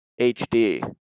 HD